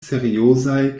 seriozaj